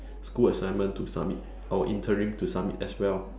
school assignment to submit our interim to submit as well